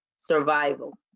survival